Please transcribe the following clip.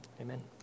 amen